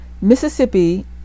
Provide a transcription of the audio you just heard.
Mississippi